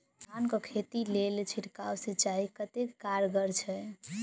धान कऽ खेती लेल छिड़काव सिंचाई कतेक कारगर छै?